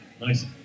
Nice